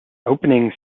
opening